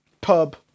Pub